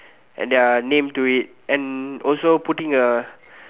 and their name to it and also putting a